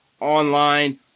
online